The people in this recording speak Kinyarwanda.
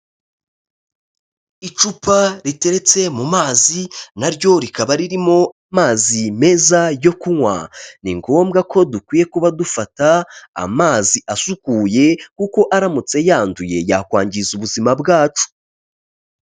Icupa riteretse mu mazi naryo rikaba ririmo amazi meza yo kunywa, ni ngombwa ko dukwiye kuba dufata amazi asukuye, kuko aramutse yanduye yakwangiza ubuzima bwacu.